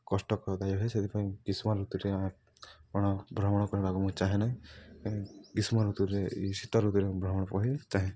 କଷ୍ଟକରଦାୟ ହୁଏ ସେଥିପାଇଁ ଗ୍ରୀଷ୍ମ ଋତୁରେ ଭ୍ରମଣ କରିବାକୁ ମୁଁ ଚାହେଁ ନାହିଁ ଗ୍ରୀଷ୍ମ ଋତୁରେ ଶୀତ ଋତୁରେ ମୁଁ ଭ୍ରମଣ କରିବାକୁ ଚାହେଁ